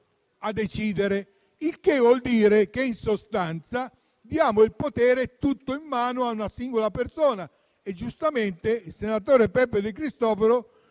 eletto, il che vuol dire che, in sostanza, diamo tutto il potere in mano a una singola persona. Giustamente il senatore Peppe De Cristofaro